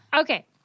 Okay